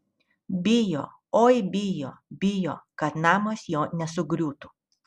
bijo oi bijo bijo kad namas jo nesugriūtų